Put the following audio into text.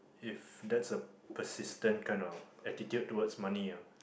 if that's a persistent kind of attitude towards money ah